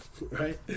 right